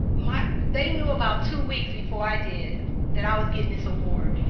like they knew about two weeks before i did that i was getting this award.